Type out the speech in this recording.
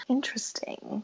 Interesting